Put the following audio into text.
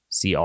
CR